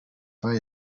fire